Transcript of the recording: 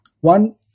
one